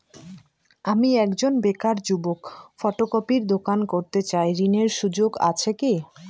আমি একজন বেকার যুবক ফটোকপির দোকান করতে চাই ঋণের সুযোগ আছে কি?